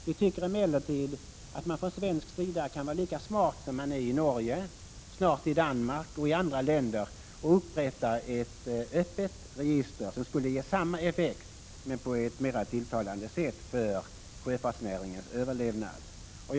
Vi tycker emellertid att man från svensk sida kan vara lika smart som man är i Norge och snart i Danmark och i andra länder och upprätta ett öppet register, som skulle kunna ge samma effekt för sjöfartsnäringens överlevnad men på ett mera tillfredsställande sätt.